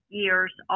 years